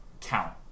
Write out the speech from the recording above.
count